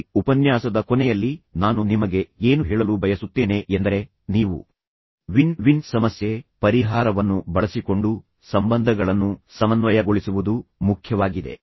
ಈ ಉಪನ್ಯಾಸದ ಕೊನೆಯಲ್ಲಿ ನಾನು ನಿಮಗೆ ಏನು ಹೇಳಲು ಬಯಸುತ್ತೇನೆ ಎಂದರೆ ನೀವು ವಿನ್ ವಿನ್ ಸಮಸ್ಯೆ ಪರಿಹಾರವನ್ನು ಬಳಸಿಕೊಂಡು ಸಂಬಂಧಗಳನ್ನು ಸಮನ್ವಯಗೊಳಿಸಲು ಸಾಧ್ಯವಾಗುತ್ತದೆ ಎಂಬುದು ಮುಖ್ಯವಾಗಿದೆ